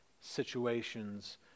situations